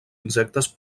insectes